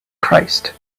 christ